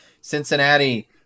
Cincinnati